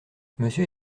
monsieur